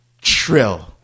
Trill